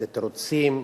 זה תירוצים,